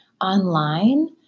online